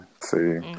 See